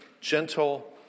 gentle